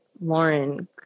Lauren